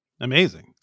Amazing